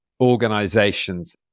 organizations